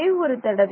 ஒரே ஒரு தடவை